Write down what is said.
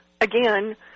again